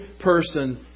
person